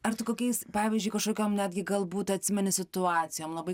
ar tu kokiais pavyzdžiui kažkokiom netgi galbūt atsimeni situacijom labai